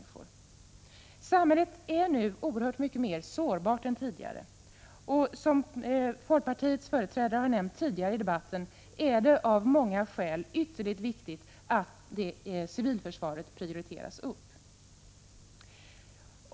Samhället är numera oerhört mycket mera sårbart än tidigare. Som folkpartiets företrädare tidigare i debatten nämnt är det av många skäl ytterligt viktigt att civilförsvaret prioriteras upp.